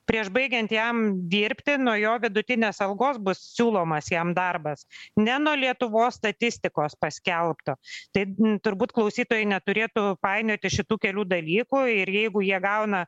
prieš baigiant jam dirbti nuo jo vidutinės algos bus siūlomas jam darbas ne nuo lietuvos statistikos paskelbto tai turbūt klausytojai neturėtų painioti šitų kelių dalykų ir jeigu jie gauna